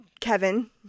Kevin